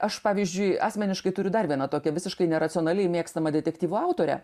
aš pavyzdžiui asmeniškai turiu dar viena tokią visiškai neracionaliai mėgstamą detektyvų autorę